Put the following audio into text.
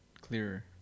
clearer